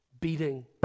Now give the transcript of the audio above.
beating